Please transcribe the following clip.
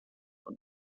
und